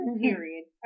period